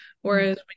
Whereas